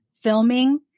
filming